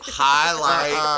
highlight